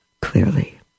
clearly